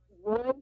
one